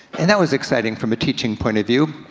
and that was exciting from a teaching point of view.